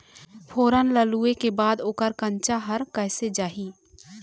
फोरन ला लुए के बाद ओकर कंनचा हर कैसे जाही?